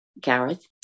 Gareth